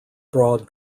broad